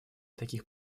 таких